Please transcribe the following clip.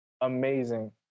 Amazing